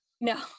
No